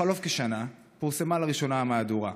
בחלוף כשנה, פורסמה לראשונה המהדורה.